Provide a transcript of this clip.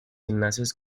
enlaces